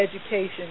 education